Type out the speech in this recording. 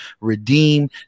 Redeem